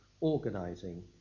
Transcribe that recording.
organizing